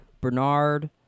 Bernard